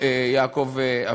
יעקב אבינו.